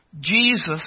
Jesus